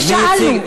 ושאלנו,